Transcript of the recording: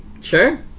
Sure